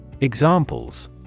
Examples